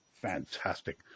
fantastic